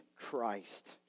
Christ